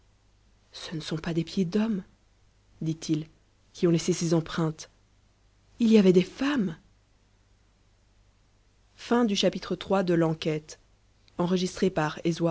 ce ne sont pas des pieds d'hommes dit-il qui ont laissé ces empreintes il y avait des femmes